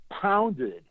pounded